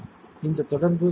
இந்த தொடர்பு இருந்தது